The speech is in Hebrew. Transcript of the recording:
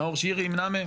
נאור שירי ימנע מהם?